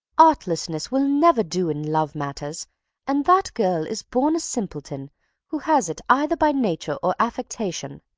artlessness will never do in love matters and that girl is born a simpleton who has it either by nature or affectation.